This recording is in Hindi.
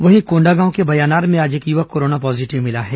वहीं कोंडागांव के बयानार में आज एक युवक कोरोना पॉजीटिव मिला है